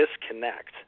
disconnect